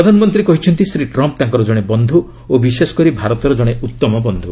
ପ୍ରଧାନମନ୍ତ୍ରୀ କହିଛନ୍ତି ଶ୍ରୀ ଟ୍ରମ୍ପ୍ ତାଙ୍କର ଜଣେ ବନ୍ଧୁ ଓ ବିଶେଷ କରି ଭାରତର ଜଣେ ଉତ୍ତମ ବନ୍ଧୁ